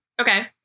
Okay